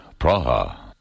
Praha